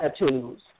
attitudes